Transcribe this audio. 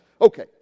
Okay